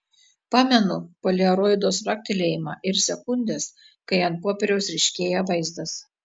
pamenu poliaroido spragtelėjimą ir sekundes kai ant popieriaus ryškėja vaizdas